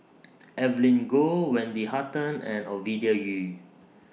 Evelyn Goh Wendy Hutton and Ovidia Yu